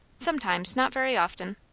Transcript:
sometimes not very often.